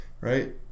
right